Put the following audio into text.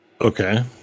Okay